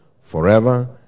forever